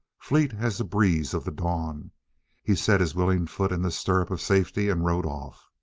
fleet as the breeze of the dawn he set his willing foot in the stirrup of safety and rode off.